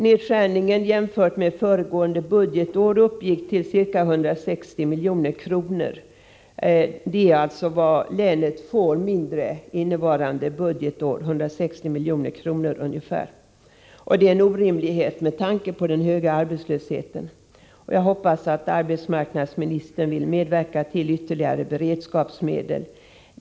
Nedskärningen i förhållande till föregående budgetår uppgick till ca 160 milj.kr. Det är alltså vad länet får mindre innevarande budgetår. Detta är en orimlighet med tanke på den höga arbetslösheten, och jag hoppas att arbetsmarknadsministern vill medverka till ytterligare beredskapsmedel.